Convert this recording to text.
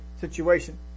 situation